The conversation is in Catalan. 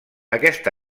aquesta